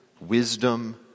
wisdom